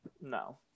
no